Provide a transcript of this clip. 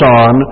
on